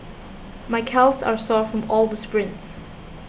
my calves are sore from all the sprints